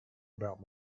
about